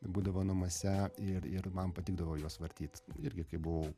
būdavo namuose ir ir man patikdavo juos vartyt irgi kai buvau